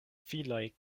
filoj